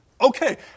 Okay